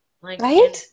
Right